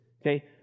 Okay